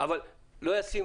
אבל לא ישים,